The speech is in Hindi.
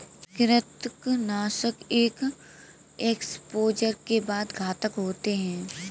कृंतकनाशक एक एक्सपोजर के बाद घातक होते हैं